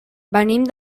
venim